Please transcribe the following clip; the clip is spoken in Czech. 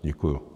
Děkuju.